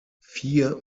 vier